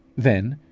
then,